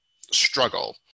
struggle